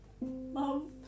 love